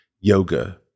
yoga